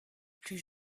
plus